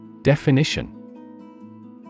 Definition